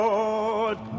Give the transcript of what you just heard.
Lord